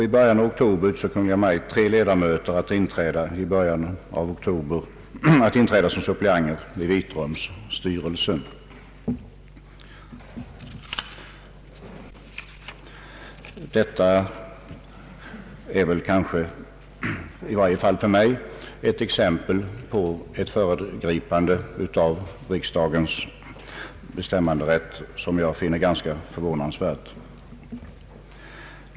I början av oktober utsåg Kungl. Maj:t tre ledamöter att inträda i början av oktober som suppleanter i Vitrums styrelse. Detta är i varje fall för mig ett ganska förvånansvärt exempel på föregripande av riksdagens bestämmanderätt.